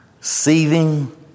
Seething